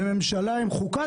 בממשלה עם חוקה,